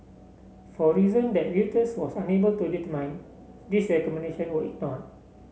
for reason that Reuters was unable to determine these recommendation were ignored